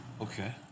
Okay